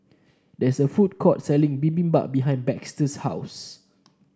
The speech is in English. there is a food court selling Bibimbap behind Baxter's house